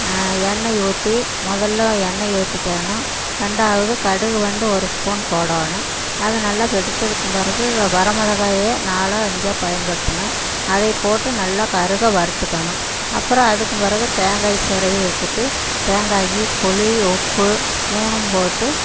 எண்ணெய் ஊற்றி முதல்ல எண்ணெய் ஊற்றிக்கிறணும் ரெண்டாவது கடுகு வந்து ஒரு ஸ்பூன் போடணும் அது நல்லா வெடிச்சதுக்கும் பிறகு வ வரமிளகாய நாலோ அஞ்சோ பயன்படுத்தணும் அதைப் போட்டு நல்லா கருக வறுத்துக்கணும் அப்புறம் அதுக்கும் பிறகு தேங்காய் செரவு வச்சிட்டு தேங்காய் புளி உப்பு மூணும் போட்டு